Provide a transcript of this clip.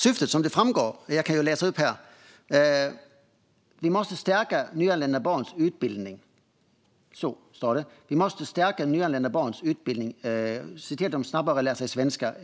Syftet framgår av motionen: Vi måste stärka nyanlända barns utbildning och se till att de snabbare lär sig svenska.